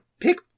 pick